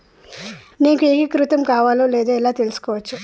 నేను ఏకీకృతం కావాలో లేదో ఎలా తెలుసుకోవచ్చు?